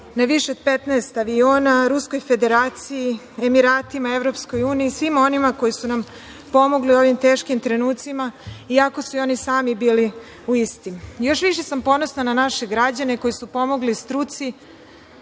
na više od 15 aviona, Ruskoj Federaciji, Emiratima, EU i svima onima koji su nam pomogli u ovim teškim trenucima iako su i oni sami bili u istim. Još više sam ponosna na naše građane koji su pomogli struci